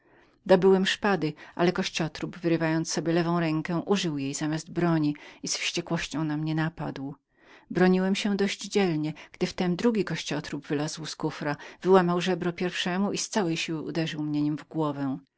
postawie dobyłem szpady ale kościotrup wyrywając sobie lewą rękę użył jej zamiast broni i z wściekłością na mnie napadł broniłem się dość dzielnie gdy w tem drugi kościotrup wylazł z kufra i wyłamując żebro pierwszemu z całej siły uderzył mnie niem w głowę